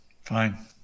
Fine